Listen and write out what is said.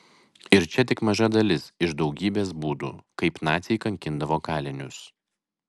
ir čia tik maža dalis iš daugybės būdų kaip naciai kankindavo kalinius